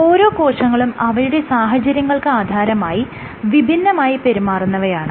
ഓരോ കോശങ്ങളും അവയുടെ സാഹചര്യങ്ങൾക്ക് ആധാരമായി വിഭിന്നമായി പെരുമാറുന്നവയാണ്